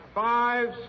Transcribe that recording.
Five